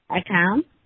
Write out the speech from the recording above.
account